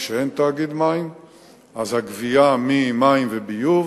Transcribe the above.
כשאין תאגיד מים הגבייה ממים ומביוב